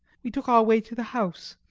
we took our way to the house,